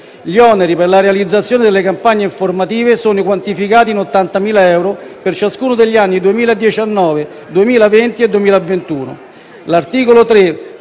Gli oneri per la realizzazione delle campagne informative sono quantificati in 80.000 euro per ciascuno degli anni 2019, 2020 e 2021.